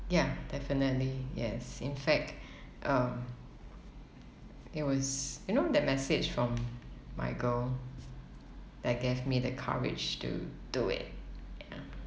ya definitely yes in fact um it was you know that message from my girl that gave me the courage to do it ya